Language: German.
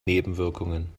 nebenwirkungen